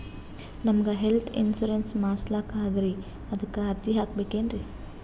ನಮಗ health insurance ಮಾಡಸ್ಲಾಕ ಅದರಿ ಅದಕ್ಕ ಅರ್ಜಿ ಹಾಕಬಕೇನ್ರಿ?